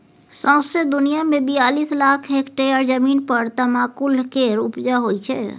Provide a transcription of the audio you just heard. सौंसे दुनियाँ मे बियालीस लाख हेक्टेयर जमीन पर तमाकुल केर उपजा होइ छै